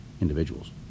individuals